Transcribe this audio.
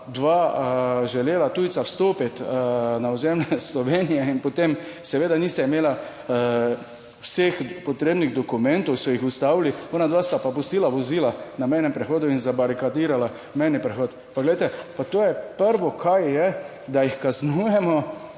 dva želela tujca vstopiti na ozemlje Slovenije in potem seveda nista imela vseh potrebnih dokumentov, so jih ustavili, ona dva sta pa pustila vozila na mejnem prehodu in zabarikadirala mejni prehod, pa glejte, pa to je prvo, kar je, da jih kaznujemo,